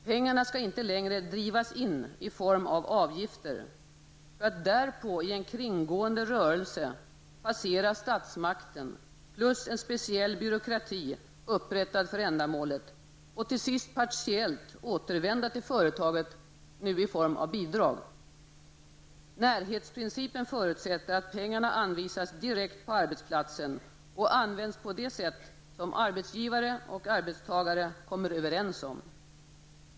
Pengarna skall inte längre drivas in i form av avgifter, för att därpå i en kringgående rörelse passera statsmakten plus en speciell byråkrati, upprättad för ändamålet, och till sist partiellt återvända till företaget, nu i form av bidrag. Närhetsprincipen förutsätter att pengarna anvisas direkt på arbetsplatsen och används på det sätt som arbetsgivare och arbetstagare kommer överens om.